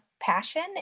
passion